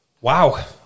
Wow